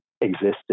existed